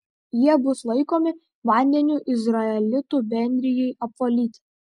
jie bus laikomi vandeniu izraelitų bendrijai apvalyti